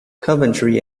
coventry